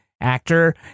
actor